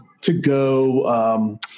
to-go